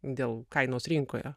dėl kainos rinkoje